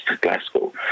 Glasgow